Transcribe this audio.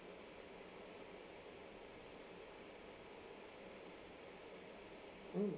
mm